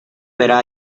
verá